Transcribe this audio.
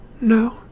No